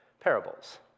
parables